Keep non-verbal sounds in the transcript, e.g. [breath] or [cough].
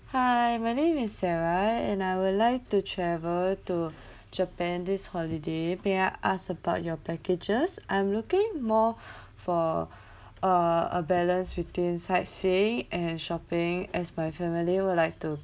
hi my name is sarah and I would like to travel to [breath] japan this holiday may I ask about your packages I'm looking more [breath] for [breath] a a balance between sightseeing and shopping as my family would like to